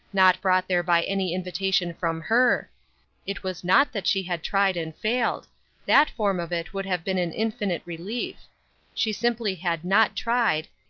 not brought there by any invitation from her it was not that she had tried and failed that form of it would have been an infinite relief she simply had not tried,